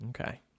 Okay